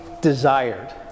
desired